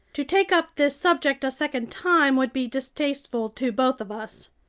to take up this subject a second time would be distasteful to both of us.